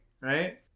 Right